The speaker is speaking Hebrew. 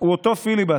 הוא אותו פיליבסטר.